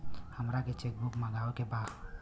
हमारा के cheque book मगावे के बा?